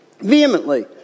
vehemently